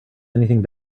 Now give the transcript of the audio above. anything